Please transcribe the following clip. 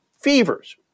fevers